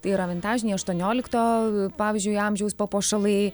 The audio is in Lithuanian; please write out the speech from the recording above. tai yra vintažiniai aštuoniolikto pavyzdžiui amžiaus papuošalai